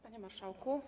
Panie Marszałku!